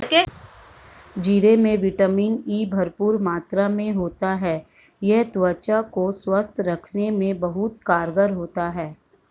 जीरे में vitamin E भरपूर मात्रा में होता है यह त्वचा को स्वस्थ रखने में बहुत कारगर होता है